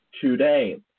today